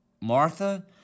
Martha